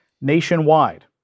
nationwide